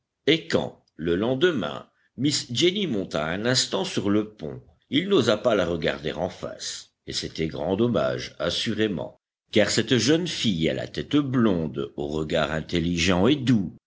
et quand le lendemain miss jenny monta un instant sur le pont il n'osa pas la regarder en face et c'était grand dommage assurément car cette jeune fille à la tête blonde au regard intelligent et doux